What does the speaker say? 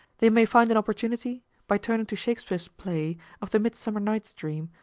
they may find an opportunity by turning to shakspeare's play of the midsummer night's dream,